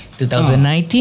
2019